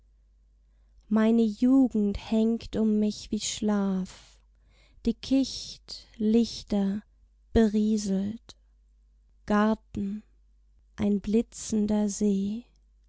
meine jugend hängt um mich wie schlaf dickicht lichter berieselt garten ein blitzender see